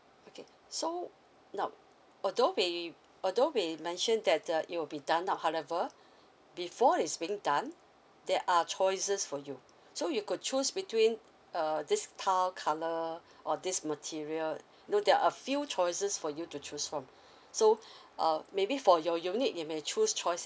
okay so now although we although we mentioned that uh it will be done or however before is being done there are choices for you so you could choose between uh these tile colour or these material know there are a few choices for you to choose from so uh maybe for your unit you may choose choice